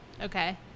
Okay